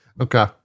Okay